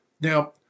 Now